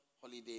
holiday